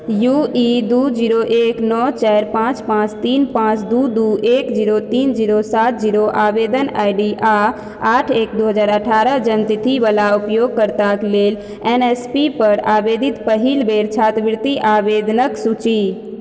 U E दू zero एक नओ चारि पाँच पाँच तीन पाँच दू दू एक जीरो तीन जीरो सात जीरो आवेदन आइ डी आओर आठ एक दो हजार अठारह जन्मतिथिवला उपयोगकर्ताके लेल एनएसपीपर आवेदित पहिल बेर छात्रवृति आवेदनके सूची